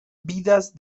vidas